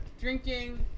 drinking